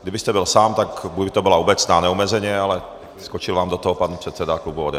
Kdybyste byl sám, tak by to byla obecná neomezeně, ale skočil vám do toho pan předseda klubu ODS.